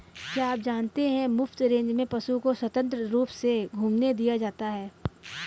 क्या आप जानते है मुफ्त रेंज में पशु को स्वतंत्र रूप से घूमने दिया जाता है?